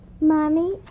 Mommy